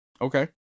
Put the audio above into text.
Okay